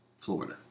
Florida